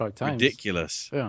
ridiculous